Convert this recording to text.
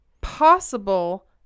Possible